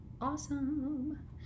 Awesome